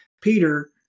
Peter